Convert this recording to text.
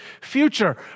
future